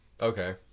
Okay